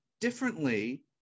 differently